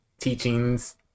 teachings